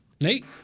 Nate